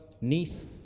niece